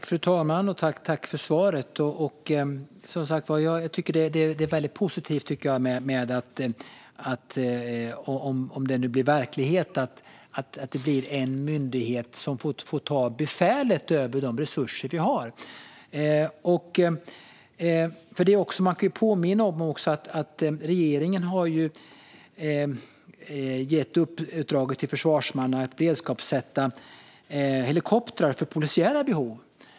Fru talman! Jag tackar för svaret. Jag tycker att det är väldigt positivt - om det nu blir verklighet - att det blir en myndighet som får ta befälet över de resurser vi har. Man kan påminna om att regeringen har gett Försvarsmakten uppdraget att beredskapssätta helikoptrar för polisiära behov.